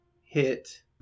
hit